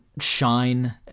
shine